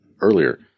earlier